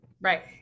Right